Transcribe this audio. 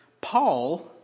Paul